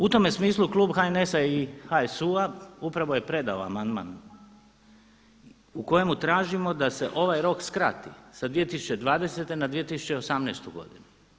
U tome smislu klub HNS-HSU-a upravo je predao amandman u kojemu tražimo da se ovaj rok skrati sa 2020. na 2018. godinu.